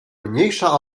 mniejsza